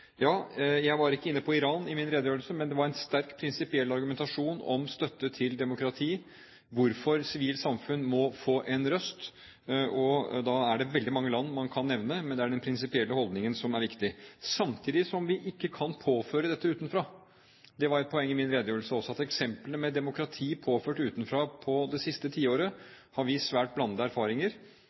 Jeg var ikke inne på Iran i min redegjørelse, men det var en sterk prinsipiell argumentasjon om støtte til demokrati, om hvorfor sivilt samfunn må få en røst. Da er det veldig mange land man kan nevne, men det er den prinsipielle holdningen som er viktig – samtidig som vi ikke kan påføre dette utenfra. Det var også et poeng i min redegjørelse at eksemplene med demokrati påført utenfra i det siste tiåret har vist svært blandede erfaringer.